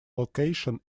location